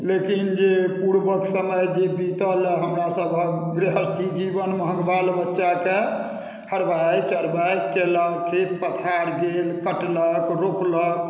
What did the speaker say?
लेकिन जे पूर्वक समय जे बीतल हँ हमरा सभहक गृहस्थी जीवन महक बाल बच्चाके हरवाहि चरवाहि कयलक खेत पथार गेल कटलक रोपलक